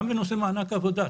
גם בנושא מענק עבודה,